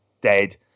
dead